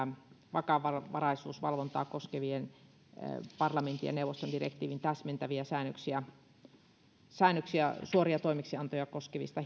vakavaraisuusvalvontaa koskevan parlamentin ja neuvoston direktiivin täsmentäviä säännöksiä säännöksiä suoria toimeksiantoja koskevasta